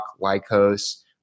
Lycos